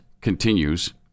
continues